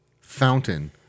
fountain